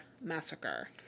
Massacre